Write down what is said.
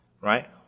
right